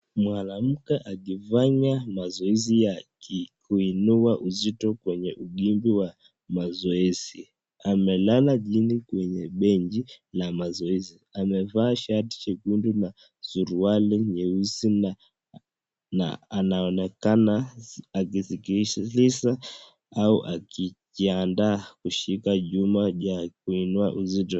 Mwanamke akifanya mazoezi yake, kuinua uzito kwenye udimbwi wa mazoezi. Amelala chini kwenye benchi la mazoezi. Amevaa shati jekundu na suruali nyeusi, na anaonekana akisikiliza au akijiandaa kushika chuma cha kuinua uzito.